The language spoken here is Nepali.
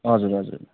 हजुर हजुर